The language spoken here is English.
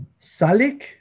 Salik